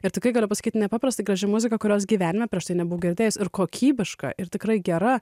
ir tikrai galiu pasakyti nepaprastai graži muzika kurios gyvenime prieš tai nebuvau girdėjęs ir kokybiška ir tikrai gera